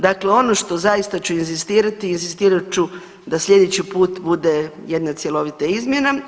Dakle, ono što zaista ću inzistirati, inzistirat ću da sljedeći put bude jedna cjelovita izmjena.